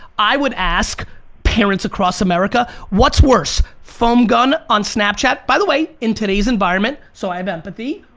i would ask parents across america, what's worse, foam gun on snapchat, by the way, in today's environment, so i have empathy,